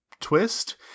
twist